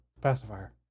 pacifier